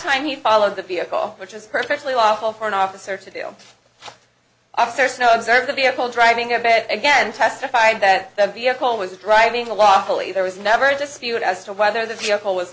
time he followed the vehicle which is perfectly lawful for an officer to do a search no observe the vehicle driving a bad again testified that the vehicle was driving lawfully there was never a dispute as to whether the vehicle was